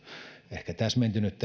ehkä täsmentynyt